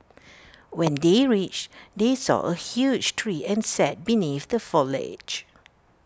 when they reached they saw A huge tree and sat beneath the foliage